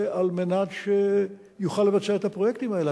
על מנת שיוכל לבצע את הפרויקטים האלה.